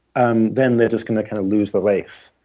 and then they're just going to kind of lose the race.